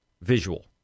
visual